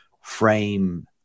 frame